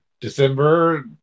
december